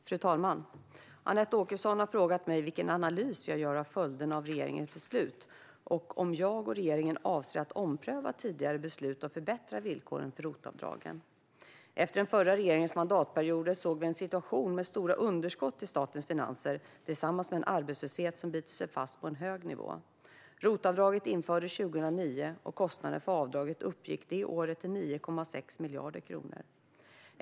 Fru talman! Anette Åkesson har frågat mig vilken analys jag gör av följderna av regeringens beslut och om jag och regeringen avser att ompröva tidigare beslut och förbättra villkoren för ROT-avdragen. Efter den förra regeringens mandatperioder såg vi en situation med stora underskott i statens finanser tillsammans med en arbetslöshet som bitit sig fast på en hög nivå. ROT-avdraget infördes 2009, och kostnaderna för avdraget uppgick det året till 9,6 miljarder kronor.